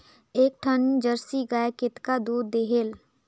एक ठन जरसी गाय कतका दूध देहेल?